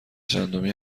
چندمی